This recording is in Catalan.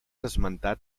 esmentat